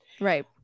Right